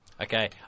Okay